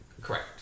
correct